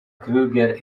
kruger